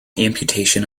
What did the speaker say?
amputation